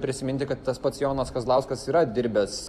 prisiminti kad tas pats jonas kazlauskas yra dirbęs